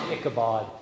Ichabod